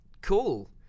cool